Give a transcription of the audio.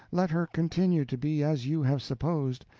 let her continue to be as you have supposed,